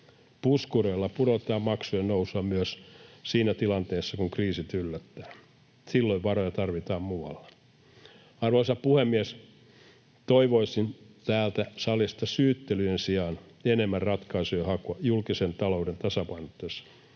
Puskureilla pudotetaan maksujen nousua myös siinä tilanteessa, kun kriisit yllättävät. Silloin varoja tarvitaan muualla. Arvoisa puhemies! Toivoisin täältä salista syyttelyjen sijaan enemmän ratkaisujen hakua julkisen talouden tasapainottamiseksi,